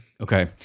Okay